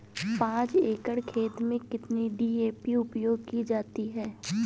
पाँच एकड़ खेत में कितनी डी.ए.पी उपयोग की जाती है?